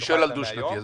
אני שואל על דו-שנתי.